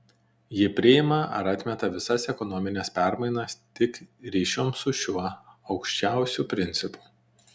ji priima ar atmeta visas ekonomines permainas tik ryšium su šiuo aukščiausiu principu